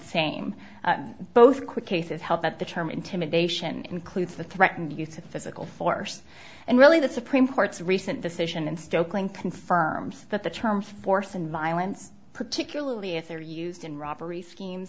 same both quick cases help that the term intimidation includes the threatened use of physical force and really the supreme court's recent decision in stokely confirms that the terms force and violence particularly if they're used in robbery schemes